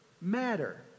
matter